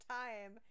time